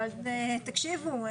אבל תקשיבו,